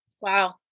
Wow